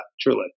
truly